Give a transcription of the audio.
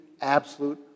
absolute